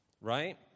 right